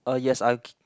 uh yes I